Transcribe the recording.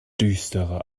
düstere